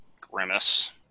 grimace